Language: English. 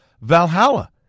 Valhalla